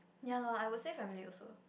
ya loh I'll stay with my family also